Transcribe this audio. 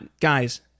guys